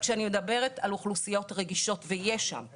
כשאני מדברת על אוכלוסיות רגישות ויש שם נשים,